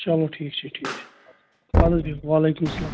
چلو ٹھیٖک چھِ ٹھیٖک چھِ اَدٕ حظ بِہِو وعلیکُم السلام